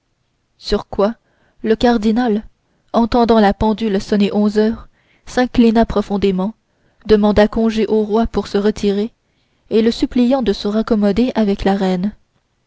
sur quoi le cardinal entendant la pendule sonner onze heures s'inclina profondément demandant congé au roi pour se retirer et le suppliant de se raccommoder avec la reine